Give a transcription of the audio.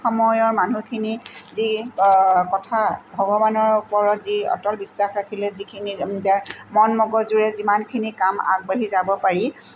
সময়ৰ মানুহখিনি যি কথা ভগৱানৰ ওপৰত যি অটল বিশ্বাস ৰাখিলে যিখিনি মন মগজুৰে যিমানখিনি কাম আগবাঢ়ি যাব পাৰি